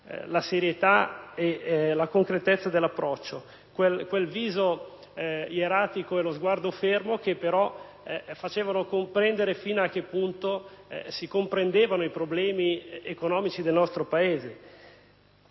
La serietà e la concretezza dell'approccio, quel viso ieratico e lo sguardo fermo facevano capire fino a che punto egli comprendesse i problemi economici del nostro Paese.